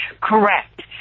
Correct